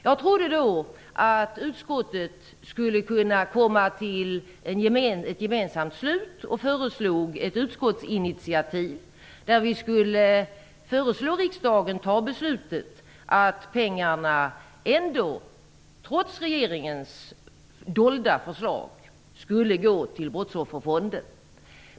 Jag trodde då att utskottet skulle kunna komma till ett gemensamt beslut och föreslog ett utskottsinitiativ, där vi skulle föreslå riksdagen att fatta beslutet att pengarna ändå, trots regeringens dolda förslag, skulle gå till Brottsofferfonden.